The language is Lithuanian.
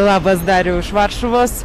labas dariau iš varšuvos